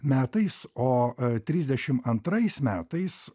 metais o trisdešimt antrais metais